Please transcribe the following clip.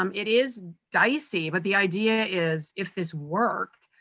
um it is dicey, but the idea is, if this worked,